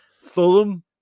Fulham